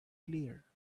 clear